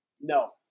No